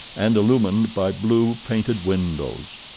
and illumined by blue painted windows.